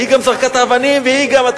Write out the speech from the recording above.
היא גם זרקה את האבנים והיא גם,